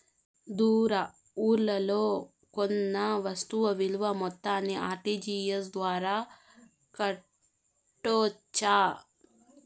దూర ఊర్లలో కొన్న వస్తు విలువ మొత్తాన్ని ఆర్.టి.జి.ఎస్ ద్వారా కట్టొచ్చా?